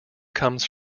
comes